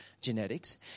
genetics